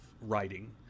writing